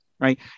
right